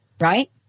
right